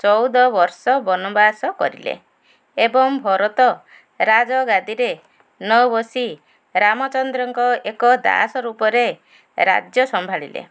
ଚଉଦ ବର୍ଷ ବନବାସ କରିଲେ ଏବଂ ଭରତ ରାଜଗାଦିରେ ନ ବସି ରାମଚନ୍ଦ୍ରଙ୍କ ଏକ ଦାସ ରୂପରେ ରାଜ୍ୟ ସମ୍ଭାଳିଲେ